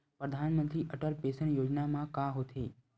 परधानमंतरी अटल पेंशन योजना मा का होथे?